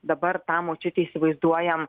dabar tą močiutę įsivaizduojam